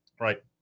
right